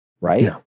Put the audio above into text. right